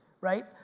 right